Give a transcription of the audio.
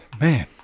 man